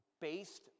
based